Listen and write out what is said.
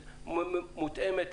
מותאמת.